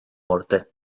morter